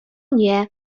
nie